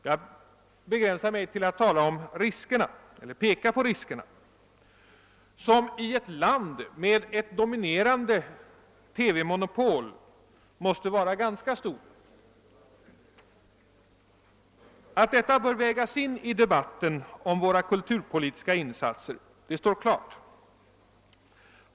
Jag begränsar mig till att peka på att riskerna i ett land med ett dominerande TV-monopol måste vara ganska stora. Att dessa bör vägas in i debatten om våra kulturpolitiska insatser står klart.